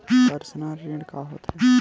Personal ऋण का होथे?